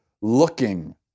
looking